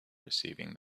receiving